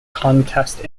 contest